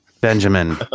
Benjamin